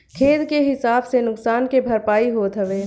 खेत के हिसाब से नुकसान के भरपाई होत हवे